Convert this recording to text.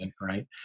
right